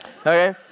Okay